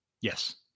Yes